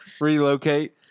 Relocate